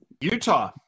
Utah